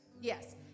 Yes